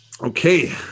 Okay